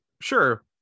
Sure